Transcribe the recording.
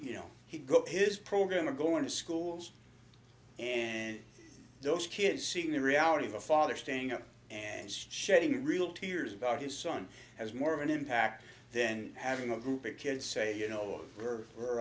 you know he got his program going to schools and those kids seeing the reality of a father standing up and standing real tears about his son as more of an impact then having a group of kids say you know or we're